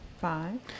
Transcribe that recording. five